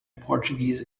portuguese